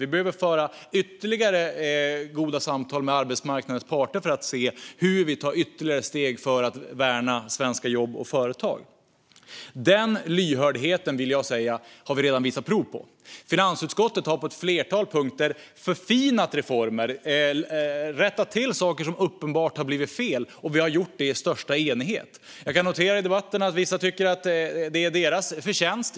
Vi behöver föra fler goda samtal med arbetsmarknadens parter för att se hur vi tar ytterligare steg för att värna svenska jobb och företag. Den lyhördheten har vi redan visat prov på, vill jag säga. Finansutskottet har på ett flertal punkter förfinat reformer och rättat till sådant som uppenbarligen blivit fel, och vi har gjort det i största enighet. Jag noterar i debatten att vissa tycker att det är deras förtjänst.